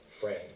friend